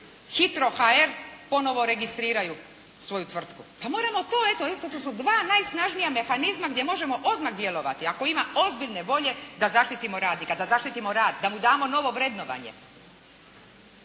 HITRO.HR ponovno registriraju svoju tvrtku. Pa moramo to eto isto to su dva najsnažnija mehanizma gdje možemo odmah djelovati ako ima ozbiljne volje da zaštitimo radnika, da zaštitimo rad, da mu damo novo vrednovanje.